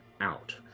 out